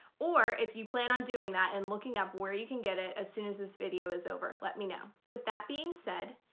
or if you plan on doing that and looking up where you can get it as soon as this video is over. let me know. with that being said,